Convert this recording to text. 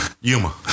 Yuma